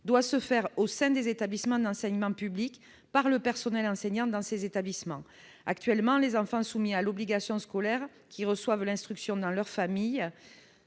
doivent se faire au sein des établissements d'enseignement public par le personnel enseignant de ces établissements. Actuellement, les enfants soumis à l'obligation scolaire qui reçoivent l'instruction dans leur famille